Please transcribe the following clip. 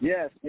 Yes